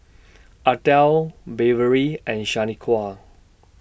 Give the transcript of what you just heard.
Ardelle Beverly and Shanequa